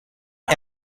est